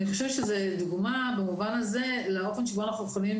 אני חושבת שזו דוגמה לאופן שבו אנחנו יכולים